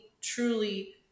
truly